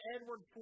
Edward